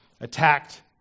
attacked